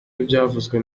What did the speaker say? ibyavuzwe